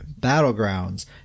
battlegrounds